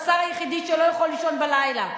השר היחידי שלא יכול לישון בלילה.